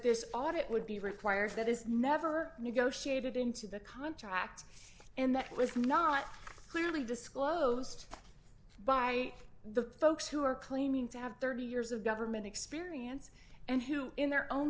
audit would be required that is never negotiated into the contract and that was not clearly disclosed by the folks who are claiming to have thirty years of government experience and who in their own